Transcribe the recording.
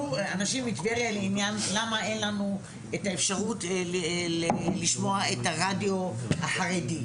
אנשים מטבריה לעניין למה אין לנו את האפשרות לשמוע את הרדיו החרדי,